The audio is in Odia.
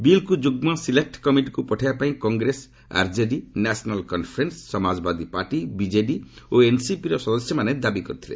ବିଲ୍କୁ ଯୁଗ୍ମ ସିଲେକ୍ କମିଟିକୁ ପଠାଇବା ପାଇଁ Congress RJD National Conference Samajwadi Party BJD ଓ ଏନ୍ସିପି ର ସଦସ୍ୟମାନେ ଦାବି କରିଥିଲେ